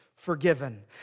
forgiven